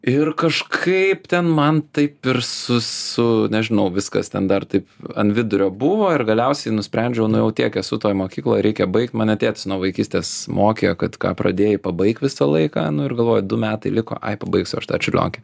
ir kažkaip ten man taip ir su su nežinau viskas ten dar taip an vidurio buvo ir galiausiai nusprendžiau nu jau tiek esu toj mokykloj reikia baikt mane tėtis nuo vaikystės mokė kad ką pradėjai pabaik visą laiką nu ir galvoju du metai liko ai pabaigsiu aš tą čiulionkę